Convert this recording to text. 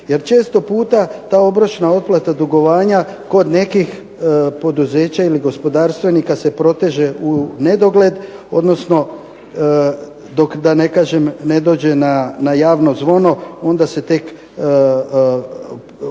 jer često puta ta obročna otplata dugovanja kod nekih poduzeća ili gospodarstvenika se proteže u nedogled odnosno da ne kažem dok ne dođe na javno zvono, onda se tek to